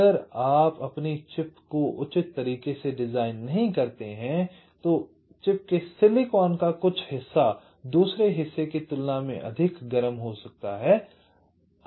अगर आप अपनी चिप को उचित तरीके से डिज़ाइन नहीं करते हैं तो आपके सिलिकॉन का कुछ हिस्सा दूसरे हिस्से की तुलना में अधिक गर्म हो सकता है